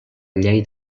llei